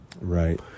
Right